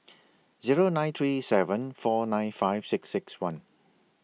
Zero nine three seven four nine five six six one